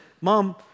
Mom